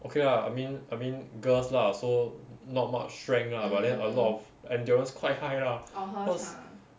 okay lah I mean I mean girls lah so not much strength lah but then a lot of endurance quite high lah cause